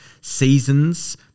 seasons